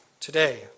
Today